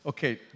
Okay